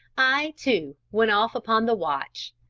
i, too, went off upon the watch.